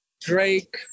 Drake